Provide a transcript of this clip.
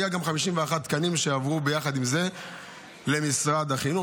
היו גם 51 תקנים שעברו ביחד עם זה למשרד החינוך,